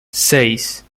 seis